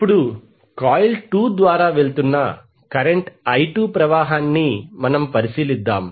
ఇప్పుడు కాయిల్ 2 ద్వారా వెళ్తున్న కరెంట్ i2 ప్రవాహాన్ని పరిశీలిద్దాం